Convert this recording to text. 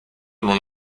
non